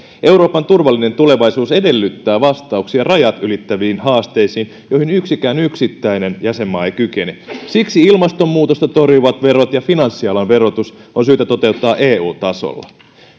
euroopan turvallinen tulevaisuus edellyttää vastauksia rajat ylittäviin haasteisiin joihin yksikään yksittäinen jäsenmaa ei kykene vastaamaan siksi ilmastonmuutosta torjuvat verot ja finanssialan verotus on syytä toteuttaa eu tasolla